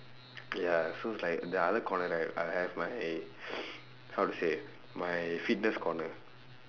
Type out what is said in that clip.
ya so it's like the other corner right I'll have my how to say my fitness corner